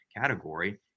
category